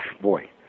boy